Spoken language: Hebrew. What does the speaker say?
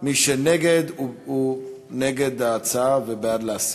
מי שנגד הוא נגד ההצעה ובעד להסיר.